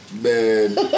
Man